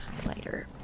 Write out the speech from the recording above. highlighter